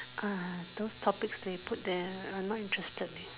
ah those topics they put there I not interested leh